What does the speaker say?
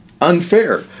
Unfair